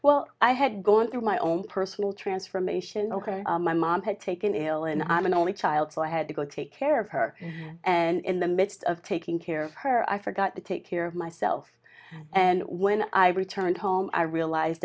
well i had gone through my own personal transformation ok my mom had taken ill and i'm an only child so i had to go take care of her and in the midst of taking care of her i forgot to take care of myself and when i returned home i realized